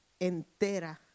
entera